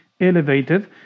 elevated